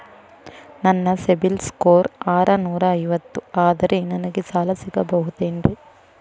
ನನ್ನ ಸಿಬಿಲ್ ಸ್ಕೋರ್ ಆರನೂರ ಐವತ್ತು ಅದರೇ ನನಗೆ ಸಾಲ ಸಿಗಬಹುದೇನ್ರಿ?